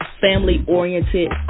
family-oriented